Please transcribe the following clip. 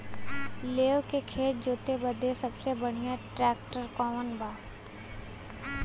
लेव के खेत जोते बदे सबसे बढ़ियां ट्रैक्टर कवन बा?